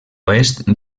oest